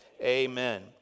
amen